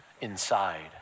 inside